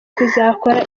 kuzakora